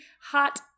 hot